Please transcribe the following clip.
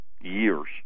years